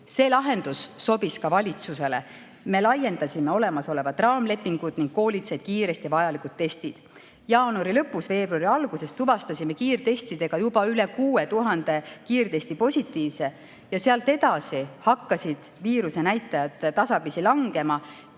See lahendus sobis ka valitsusele. Me laiendasime olemasolevat raamlepingut ning koolid said kiiresti vajalikud testid. Jaanuari lõpus, veebruari alguses tuvastasime kiirtestidega juba üle 6000 positiivse, sealt edasi hakkasid viirusenäitajad tasapisi langema.